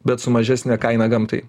bet su mažesne kaina gamtai